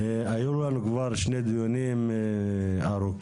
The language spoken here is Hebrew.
היו לנו כבר שני דיונים ארוכים,